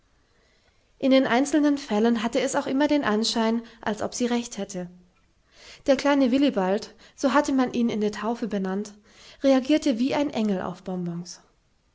in den einzelnen fällen hatte es auch immer den anschein als ob sie recht hätte der kleine willibald so hatte man ihn in der taufe benannt reagierte wie ein engel auf bonbons